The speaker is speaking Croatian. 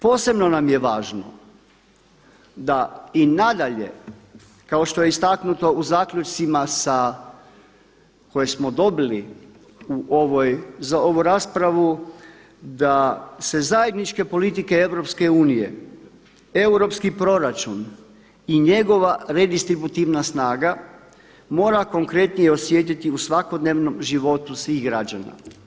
Posebno nam je važno da i na dalje kao što je istaknuto u zaključcima koje smo dobili za ovu raspravu, da se zajedničke politike EU, europski proračun i njegova redistributivna snaga mora konkretnije osjetiti u svakodnevnom životu svih građana.